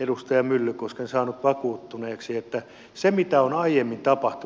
edustaja myllykosken saanut vakuuttuneeksi että se mitä on aiemmin tapahtunut on valitettavaa